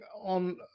on